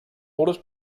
oldest